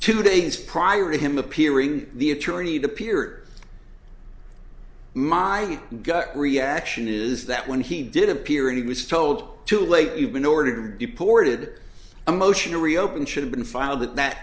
two days prior to him appearing the attorney the pier my gut reaction is that when he did appear and he was told too late you've been ordered deported a motion to reopen should have been filed that